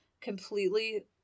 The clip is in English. completely